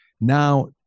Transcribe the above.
now